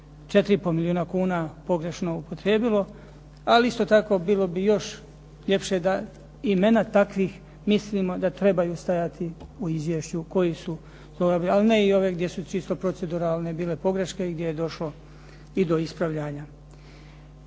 4,5 milijuna kuna pogrešno upotrijebilo, ali isto tako bilo bi još ljepše da imena takvih mislimo da trebaju stajati u izvješću a i ne ove gdje su čisto proceduralne bile pogreške gdje je došlo i do ispravljanja.